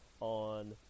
on